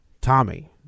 tommy